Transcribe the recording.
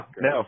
No